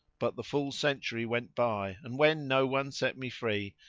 but the full century went by and, when no one set me free,